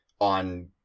on